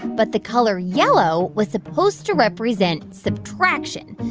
but the color yellow was supposed to represent subtraction.